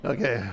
Okay